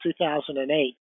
2008